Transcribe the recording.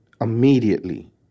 immediately